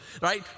right